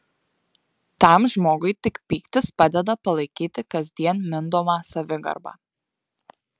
tam žmogui tik pyktis padeda palaikyti kasdien mindomą savigarbą